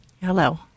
Hello